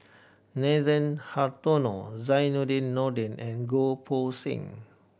Nathan Hartono Zainudin Nordin and Goh Poh Seng